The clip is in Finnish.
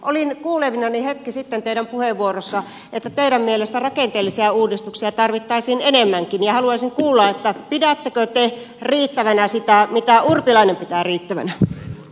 olin kuulevinani hetki sitten teidän puheenvuorostanne että teidän mielestänne rakenteellisia uudistuksia tarvittaisiin enemmänkin ja haluaisin kuulla pidättekö te riittävänä sitä mitä urpilainen pitää riittävänä